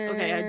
Okay